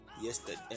Yesterday